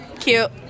Cute